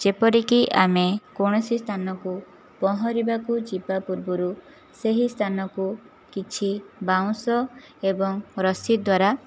ଯେପରିକି ଆମେ କୌଣସି ସ୍ଥାନକୁ ପହଁରିବାକୁ ଯିବା ପୂର୍ବରୁ ସେହି ସ୍ଥାନକୁ କିଛି ବାଉଁଶ ଏବଂ ରଶି ଦ୍ଵାରା